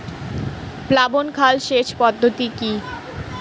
প্লাবন খাল সেচ পদ্ধতি কি?